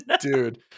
dude